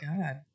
god